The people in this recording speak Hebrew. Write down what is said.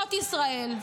זאת ישראל.